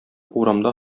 урамда